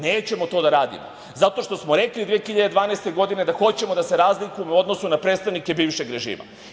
Nećemo to da radimo, zato što smo rekli 2012. godine da hoćemo da se razlikujemo u odnosu na predstavnike bivšeg režima.